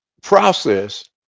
process